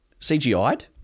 CGI'd